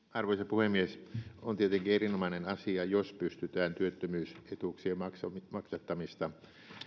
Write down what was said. puhemies on tietenkin erinomainen asia jos pystytään työttömyysetuuksien maksattamista